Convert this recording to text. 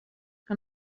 que